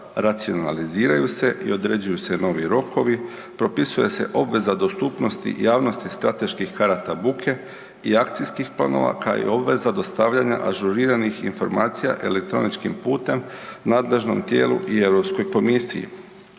racionaliziraju se i određuju se novi rokovi, propisuje se obveza dostupnosti javnosti strateških karata buke i akcijskih planova kao i obveza dostavljanja ažuriranih informacija elektroničkim putem nadležnom tijelu i Europskoj komisiji.